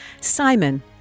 Simon